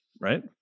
right